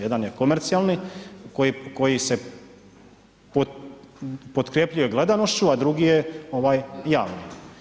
Jedan je komercijalni koji se potkrjepljuje gledanošću, a drugi je ovaj javni.